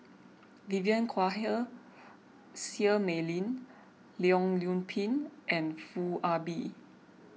Vivien Quahe Seah Mei Lin Leong Yoon Pin and Foo Ah Bee